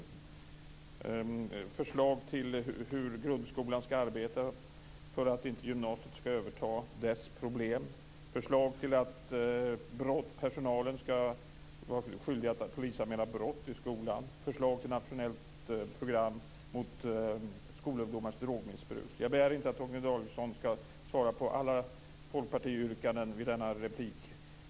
Det är förslag till hur grundskolan skall arbeta för att inte gymnasiet skall överta dess problem, förslag till att personalen skall vara skyldig att polisanmäla brott i skolan och förslag till nationellt program mot skolungdomars drogmissbruk. Jag begär inte att Torgny Danielsson skall svara på alla yrkanden från Folkpartiet under denna replik.